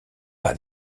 pas